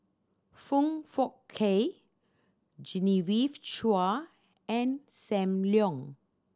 Foong Fook Kay Genevieve Chua and Sam Leong